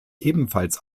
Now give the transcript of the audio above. ebenfalls